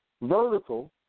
vertical